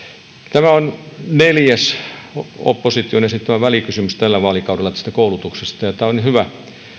tämä on neljäs opposition esittämä välikysymys tällä vaalikaudella koulutuksesta ja tämä on hyvä